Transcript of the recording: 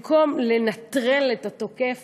במקום לנטרל את התוקף,